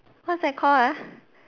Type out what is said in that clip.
what's that call ah